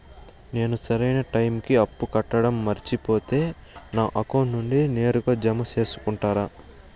నేను సరైన టైముకి అప్పు కట్టడం మర్చిపోతే నా అకౌంట్ నుండి నేరుగా జామ సేసుకుంటారా?